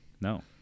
No